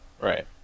Right